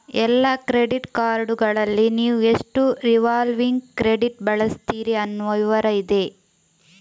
ಎಲ್ಲಾ ಕ್ರೆಡಿಟ್ ಕಾರ್ಡುಗಳಲ್ಲಿ ನೀವು ಎಷ್ಟು ರಿವಾಲ್ವಿಂಗ್ ಕ್ರೆಡಿಟ್ ಬಳಸ್ತೀರಿ ಅನ್ನುವ ವಿವರ ಇದೆ